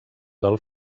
del